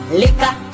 liquor